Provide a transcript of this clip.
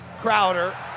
Crowder